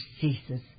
ceases